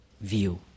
view